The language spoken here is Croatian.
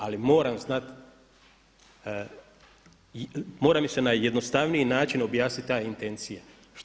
Ali moram znat, mora mi se na jednostavniji način objasniti ta intencija.